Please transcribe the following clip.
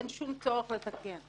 אין שום צורך לתקן.